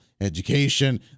Education